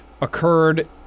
occurred